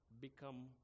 become